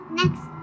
next